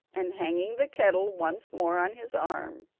and hanging the kettle once more on his arm,